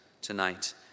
tonight